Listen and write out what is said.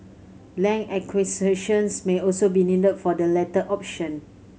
land acquisitions may also be needed for the latter option